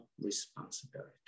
responsibility